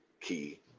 key